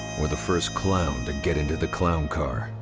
or the first clown to get into the clown car.